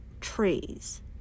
trees